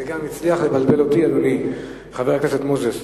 זה הצליח לבלבל גם אותי, אדוני חבר הכנסת מוזס.